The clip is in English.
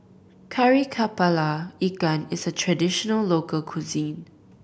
Kari Kepala Ikan is a traditional local cuisine